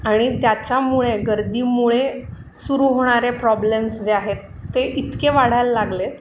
आणि त्याच्यामुळे गर्दीमुळे सुरू होणारे प्रॉब्लेम्स जे आहेत ते इतके वाढायला लागले आहेत